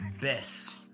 best